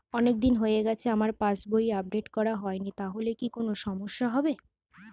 অনেকদিন হয়ে গেছে আমার পাস বই আপডেট করা হয়নি তাহলে কি কোন সমস্যা হবে?